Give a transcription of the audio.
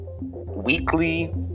weekly